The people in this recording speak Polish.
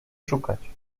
szukać